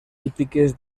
típiques